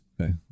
Okay